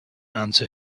answer